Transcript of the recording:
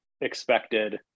expected